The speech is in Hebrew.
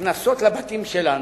נכנסות לבתים שלנו,